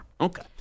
okay